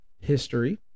history